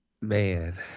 Man